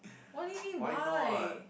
what do you mean why